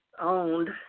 owned